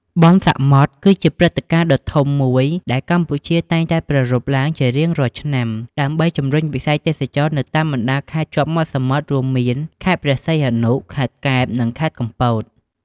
បុណ្យសមុទ្រ គឺជាព្រឹត្តិការណ៍ដ៏ធំមួយដែលកម្ពុជាតែងតែប្រារព្ធឡើងជារៀងរាល់ឆ្នាំ ដើម្បីជំរុញវិស័យទេសចរណ៍នៅតាមបណ្ដាខេត្តជាប់សមុទ្រ រួមមាន៖ ខេត្តព្រះសីហនុ ខេត្តកែប និងខេត្តកំពត។